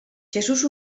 jesús